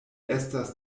estas